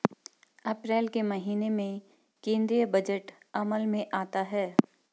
अप्रैल के महीने में केंद्रीय बजट अमल में आता है